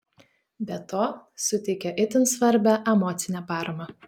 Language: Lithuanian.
be to suteikia itin svarbią emocinę paramą